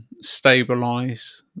stabilize